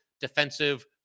defensive